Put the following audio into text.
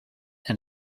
and